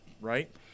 right